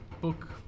book